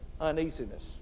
uneasiness